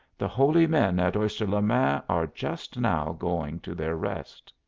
the holy men at oyster-le-main are just now going to their rest.